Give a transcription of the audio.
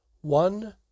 one